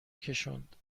کشوند